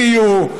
אם יהיו,